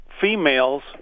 females